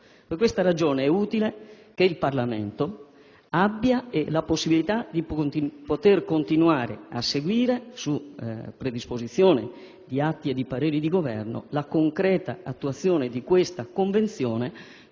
Per questa ragione è utile che il Parlamento abbia la possibilità di continuare a seguire, su predisposizione di atti e pareri di Governo, la concreta attuazione di questa Convenzione